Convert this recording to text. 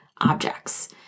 objects